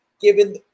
given